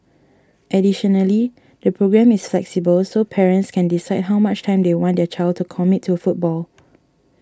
additionally the programme is flexible so parents can decide how much time they want their child to commit to football